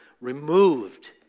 removed